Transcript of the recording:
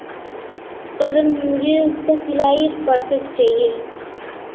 पर मुझे उसका सिलाई परफेक्ट चाहिए